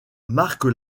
marque